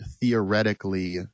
theoretically